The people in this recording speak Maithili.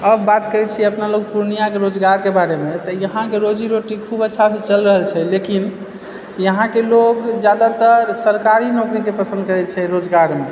अब बात करै छी अपना लोक पूर्णियाके रोजगारके बारमे तऽ इहाँके रोजी रोटी खूब अच्छासे चलि रहल छै लेकिनइहाँके लोग जादातर सरकारी नौकरीके पसन्द करैत छै रोजगारमे